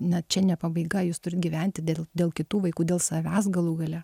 na čia ne pabaiga jūs turit gyventi dėl dėl kitų vaikų dėl savęs galų gale